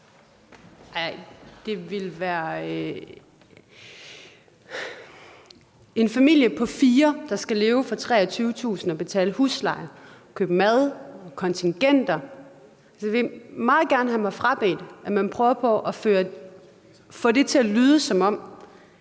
en familie på fire, der skal leve for 23.000 kr. og betale husleje, kontingenter, købe mad – jeg vil meget gerne have mig frabedt, at man prøver på at få det til at lyde, som om